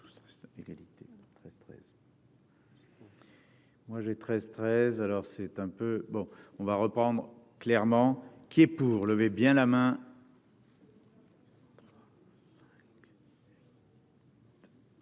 Moi j'ai 13 13, alors c'est un peu, bon, on va reprendre clairement qu'est pour lever bien la main.